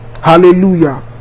hallelujah